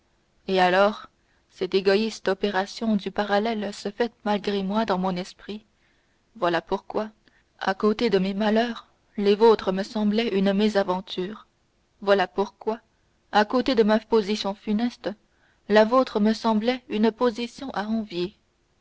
et alors cette égoïste opération du parallèle se fait malgré moi dans mon esprit voilà pourquoi à côté de mes malheurs les vôtres me semblaient une mésaventure voilà pourquoi à côté de ma position funeste la vôtre me semblait une position à envier